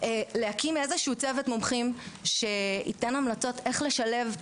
יש להקים איזשהו צוות מומחים שייתן המלצות איך לשלב את